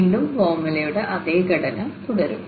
വീണ്ടും ഫോർമുലയുടെ അതേ ഘടന തുടരും